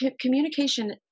communication